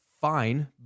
fine